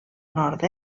nord